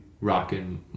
rocking